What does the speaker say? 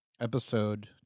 episode